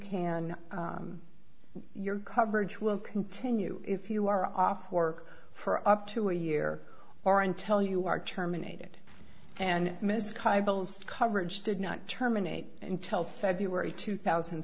can your coverage will continue if you are off work for up to a year or until you are terminated and miss kibo coverage did not terminate until february two thousand and